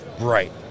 Right